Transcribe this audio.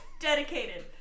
Dedicated